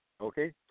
okay